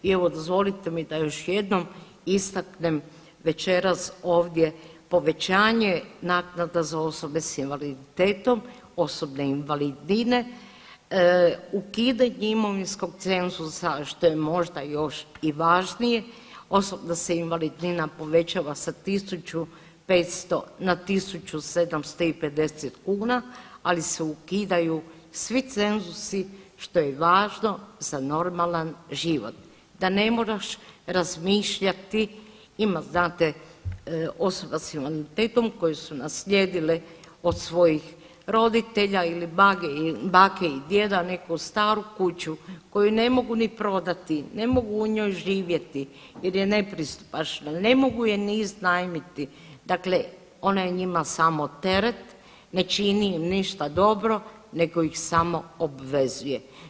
I evo dozvolite mi da još jednom istaknem večeras ovdje povećanje naknada za osobe s invaliditetom, osobne invalidnine, ukidanje imovinskog cenzusa što je možda još i važnije osim da se invalidnina povećava sa 1.500 na 1.750 kuna, ali se ukidaju svi cenzusi što je važno za normalan život da ne moraš razmišljati, ima znate osoba s invaliditetom koje su naslijedile od svojih roditelja ili bake i djeda neku staru kuću koju ne mogu ni prodati, ne mogu u njoj živjeti jer je nepristupačna, ne mogu je ni iznajmiti, dakle ona je njima samo teret, ne čini im ništa dobro nego ih samo obvezuje.